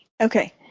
Okay